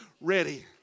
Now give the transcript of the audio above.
ready